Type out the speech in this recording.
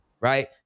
right